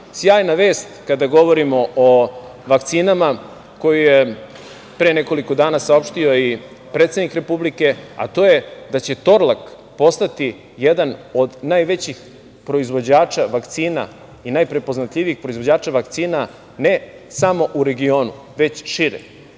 sjajna vest kada govorimo o vakcinama koju je pre nekoliko dana saopštio i predsednik Republike, ja to je da će "Torlak" postati jedan od najvećih proizvođača vakcina i najprepoznatljivijih proizvođača vakcina, ne samo u regionu, već šire.